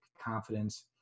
confidence